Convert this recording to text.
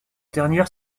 dernière